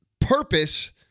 purpose